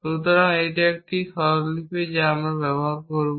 সুতরাং এটি একটি স্বরলিপি যা আমরা ব্যবহার করি